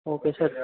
okay sir